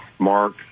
mark